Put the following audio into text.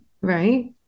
Right